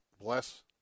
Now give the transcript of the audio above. Bless